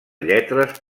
lletres